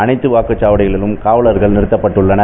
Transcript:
அனைத்து வாக்குச்சாவடிகளிலும் காவலர்கள் நிறுத்தப்பட்டுள்ளனர்